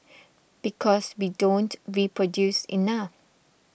because we don't reproduce enough